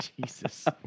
Jesus